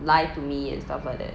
lie to me and stuff like that